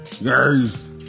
Yes